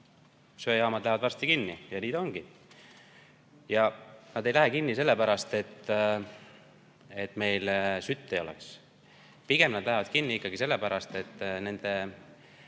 Söejaamad jäävad varsti kinni, ja nii ta ongi. Nad ei lähe kinni sellepärast, et meil sütt ei ole. Pigem nad lähevad kinni ikkagi sellepärast, et nende